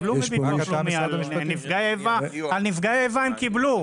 על נפגעי איבה הם קיבלו.